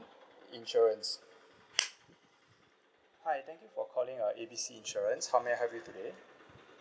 insurance hi thank you for calling uh A B C insurance how may I help you today